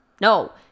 No